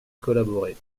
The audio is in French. collaborer